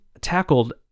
tackled